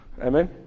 Amen